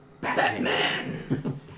Batman